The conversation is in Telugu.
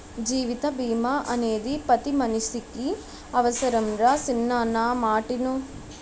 జీవిత బీమా అనేది పతి మనిసికి అవుసరంరా సిన్నా నా మాటిను